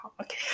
Okay